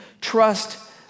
trust